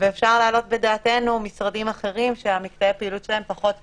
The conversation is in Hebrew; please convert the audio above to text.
ואפשר להעלות בדעתנו משרדים אחרים שמקטעי הפעילות שלהם פחות קריטיים,